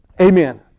Amen